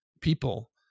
people